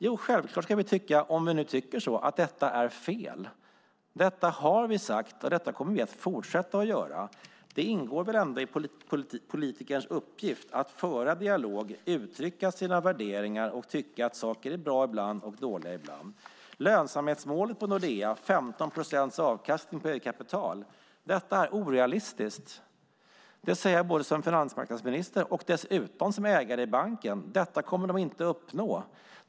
Jo, självklart ska vi säga, om vi nu tycker så, att detta är fel. Detta har vi sagt, och detta kommer vi att fortsätta att göra. Det ingår väl ändå i politikerns uppgift att föra dialog, uttrycka sina värderingar och att tycka att saker ibland är bra och ibland är dåliga. Lönsamhetsmålet på Nordea är 15 procents avkastning på eget kapital. Detta är orealistiskt. Det säger jag både som finansmarknadsminister och som ägare i banken. Detta kommer de inte att uppnå.